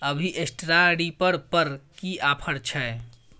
अभी straw reaper पर की ऑफर छै?